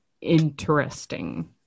interesting